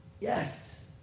Yes